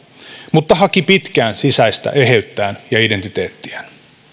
mutta haki pitkään sisäistä eheyttään ja identiteettiään